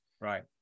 Right